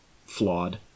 flawed